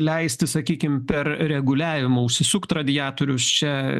leisti sakykim per reguliavimą užsisukt radiatorius čia